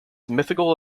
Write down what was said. mythical